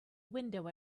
window